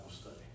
study